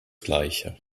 gleiche